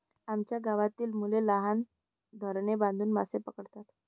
आमच्या गावातील मुले लहान धरणे बांधून मासे पकडतात